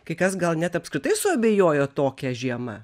kai kas gal net apskritai suabejojo tokia žiema